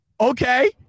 Okay